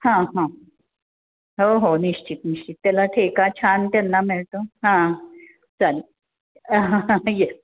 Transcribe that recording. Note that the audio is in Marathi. हां हां हो हो निश्चित निश्चित त्याला ठेका छान त्यांना मिळतो हां चालेल येस